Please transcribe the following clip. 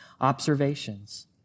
observations